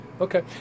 Okay